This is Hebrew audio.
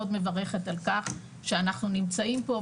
מאוד מברכת על כך שאנחנו נמצאים פה,